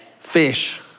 fish